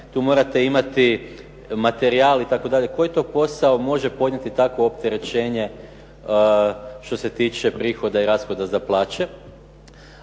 tu morate imati materijal itd. Koji to posao može podnijeti takvo opterećenje što se tiče prihoda i rashoda za plaće,